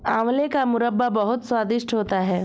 आंवले का मुरब्बा बहुत स्वादिष्ट होता है